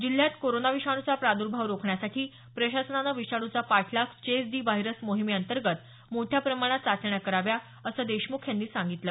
जिल्ह्यात कोरोना विषाणूचा प्रादुर्भाव रोखण्यासाठी प्रशासनानं विषाणूचा पाठलाग चेस दी व्हायरस मोहिमेअंतर्गत मोठ्या प्रमाणात चाचण्या कराव्या असं देशमुख यांनी सांगितलं